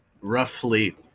roughly